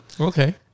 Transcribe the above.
Okay